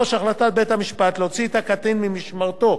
3. החלטת בית-המשפט להוציא את הקטין ממשמרתו